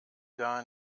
gar